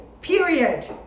Period